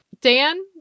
Dan